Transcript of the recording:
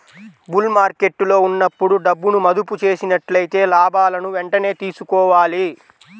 bull మార్కెట్టులో ఉన్నప్పుడు డబ్బును మదుపు చేసినట్లయితే లాభాలను వెంటనే తీసుకోవాలి